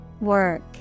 Work